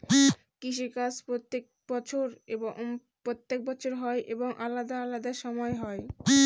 কৃষি কাজ প্রত্যেক বছর হয় এবং আলাদা আলাদা সময় হয়